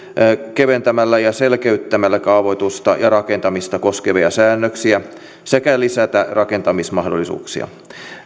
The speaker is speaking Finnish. keventämällä ja selkeyttämällä kaavoitusta ja rakentamista koskevia säännöksiä sekä lisätä rakentamismahdollisuuksia